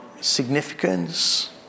significance